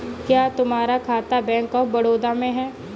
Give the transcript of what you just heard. क्या तुम्हारा खाता बैंक ऑफ बड़ौदा में है?